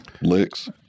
Licks